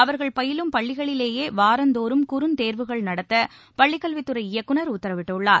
அவர்கள் பயிலும் பள்ளிகளிலேயே வாரந்தோறும் குறுந்தேர்வுகள் நடத்த பள்ளிக் கல்வித்துறை இயக்குநர் உத்தரவிட்டுள்ளார்